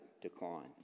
decline